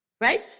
Right